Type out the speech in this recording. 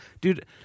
Dude –